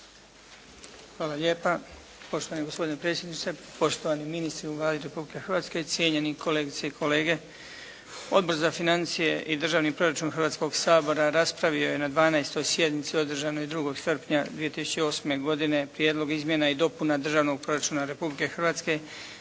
Hvala lijepa. Poštovani gospodine predsjedniče, poštovani ministri u Vladi Republike Hrvatske, cijenjeni kolegice i kolege. Odbor za financije i državni proračun Hrvatskog sabora raspravio je na 12. sjednici održanoj 2. srpnja 2008. godine Prijedlog izmjena i dopuna Državnog proračuna Republike Hrvatske